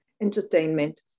entertainment